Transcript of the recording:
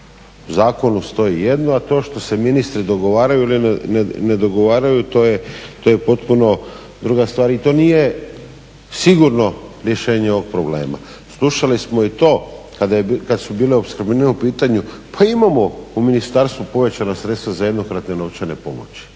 U zakonu stoji jedno, a to što se ministri dogovaraju ili ne dogovaraju to je potpuno druga stvar i to nije sigurno rješenje ovog problema. Slušali smo i to kad su bile opskrbnine u pitanju, pa imamo u ministarstvu povećana sredstva za jednokratne novčane pomoći